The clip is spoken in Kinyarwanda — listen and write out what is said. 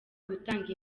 gutanga